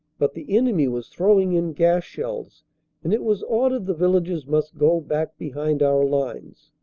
but the enemy was throwing in gas-shells and it was ordered the villagers must go back behind our lines.